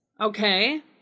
Okay